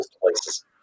places